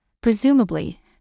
presumably